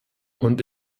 und